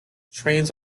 trains